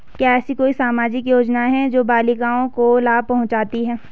क्या ऐसी कोई सामाजिक योजनाएँ हैं जो बालिकाओं को लाभ पहुँचाती हैं?